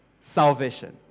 salvation